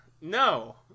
no